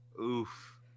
oof